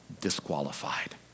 disqualified